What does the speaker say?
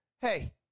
hey